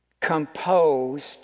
composed